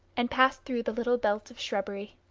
and passed through the little belt of shrubbery.